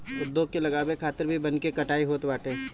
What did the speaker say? उद्योग के लगावे खातिर भी वन के कटाई होत बाटे